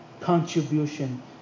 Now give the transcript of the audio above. contribution